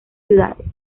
ciudades